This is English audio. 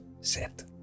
set